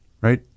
right